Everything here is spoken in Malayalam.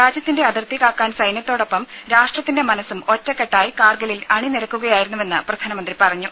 രാജ്യത്തിന്റെ അതിർത്തി കാക്കാൻ സൈന്യത്തോടൊപ്പം രാഷ്ട്രത്തിന്റെ മനസ്സും ഒറ്റക്കെട്ടായി കാർഗിലിൽ അണിനിരക്കുകയായിരുന്നുവെന്ന് പ്രധാനമന്ത്രി പറഞ്ഞു